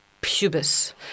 pubis